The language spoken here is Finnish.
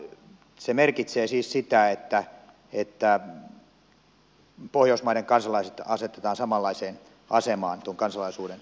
se merkitsee siis sitä että pohjoismaiden kansalaiset asetetaan samanlaiseen asemaan tuon kansalaisuuden saamisen perusteella